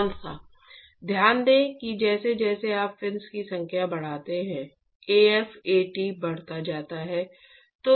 कौन सा ध्यान दें कि जैसे जैसे आप फिन्स की संख्या बढ़ाते हैं Af At बढ़ता जाता है